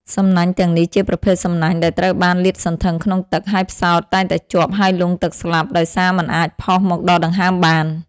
សំណាញ់ទាំងនេះជាប្រភេទសំណាញ់ដែលត្រូវបានលាតសន្ធឹងក្នុងទឹក ហើយផ្សោតតែងតែជាប់ហើយលង់ទឹកស្លាប់ដោយសារមិនអាចផុសមកដកដង្ហើមបាន។